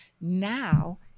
now